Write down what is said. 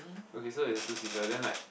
okay so is two seater then like